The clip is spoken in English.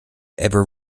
ever